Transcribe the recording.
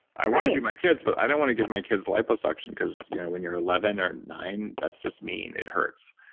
i wanted my kids but i didn't want to give my kids liposuction because you know when you're eleven or nine, that's just mean. it hurts,